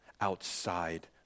outside